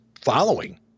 following